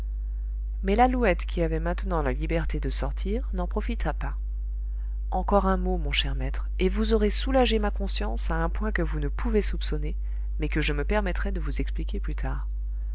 mais lalouette qui avait maintenant la liberté de sortir n'en profita pas encore un mot mon cher maître et vous aurez soulagé ma conscience à un point que vous ne pouvez soupçonner mais que je me permettrai de vous expliquer plus tard